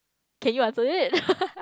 can you answer it